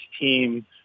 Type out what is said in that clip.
team